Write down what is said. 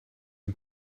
and